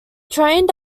trained